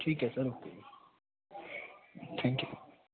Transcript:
ਠੀਕ ਹੈ sir okay ji thank you